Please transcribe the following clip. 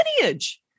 lineage